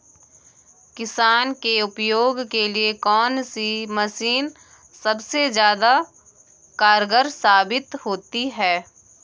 किसान के उपयोग के लिए कौन सी मशीन सबसे ज्यादा कारगर साबित होती है?